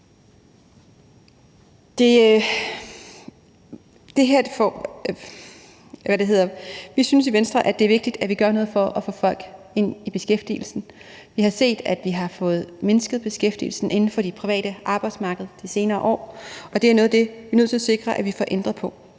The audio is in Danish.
Vi synes i Venstre, at det er vigtigt, at vi gør noget for at få folk i beskæftigelse. Vi har set, at vi har fået mindsket beskæftigelsen inden for det private arbejdsmarked de senere år, og det er noget af det, vi er nødt til at sikre vi får ændret på.